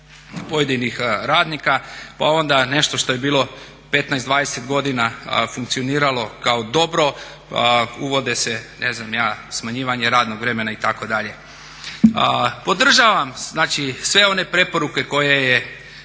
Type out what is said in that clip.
pojedinih radnika. Pa onda nešto što je bilo 15, 20 godina funkcioniralo kao dobro. Uvode se, ne znam ja smanjivanje radnog vremena itd…. Podržavam znači sve one preporuke koje je